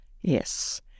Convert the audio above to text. yes